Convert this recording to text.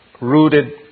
rooted